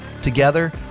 Together